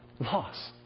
loss